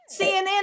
CNN